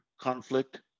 conflict